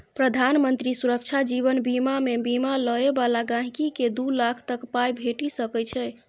प्रधानमंत्री सुरक्षा जीबन बीमामे बीमा लय बला गांहिकीकेँ दु लाख तक पाइ भेटि सकै छै